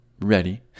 ready